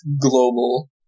global